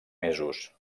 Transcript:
mesos